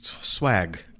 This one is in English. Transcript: Swag